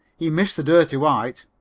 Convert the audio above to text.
he missed the dirty white,